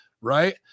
right